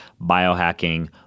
biohacking